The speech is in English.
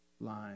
line